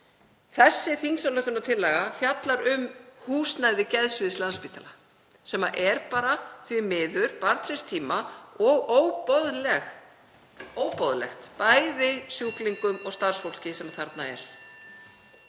Þessi þingsályktunartillaga fjallar um húsnæði geðsviðs Landspítala sem er bara því miður barn síns tíma og óboðlegt, bæði sjúklingum og starfsfólki.